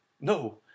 No